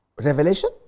Revelation